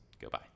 Goodbye